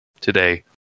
today